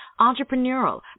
entrepreneurial